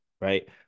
right